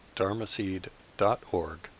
dharmaseed.org